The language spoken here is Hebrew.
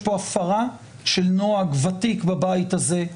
יש פה הפרה של נוהג ותיק בבית הזה,